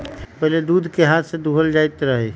पहिले दूध के हाथ से दूहल जाइत रहै